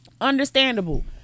Understandable